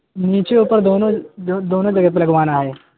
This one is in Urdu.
نیچے اوپر دونوں دونوں جگہ پہ لگوانا ہے